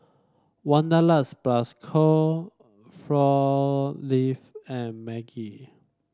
Wanderlust Plus Co Four Leave and Maggi